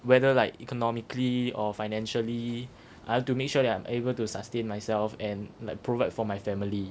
whether like economically or financially I have to make sure that I'm able to sustain myself and like provide for my family